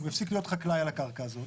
אם הוא יפסיק להיות חקלאי על הקרקע הזאת,